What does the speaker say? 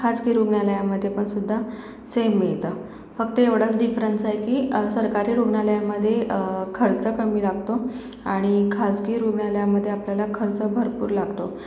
खाजगी रुग्णालयामधेपणसुद्धा सेम मिळतं फक्त एवढचं डिफ्रंस आहे की सरकारी रुग्णालयामध्ये खर्च कमी लागतो आणि खाजगी रुग्णालयामध्ये आपल्याला खर्च भरपूर लागतो